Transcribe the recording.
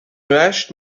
hache